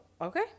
Okay